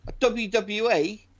WWE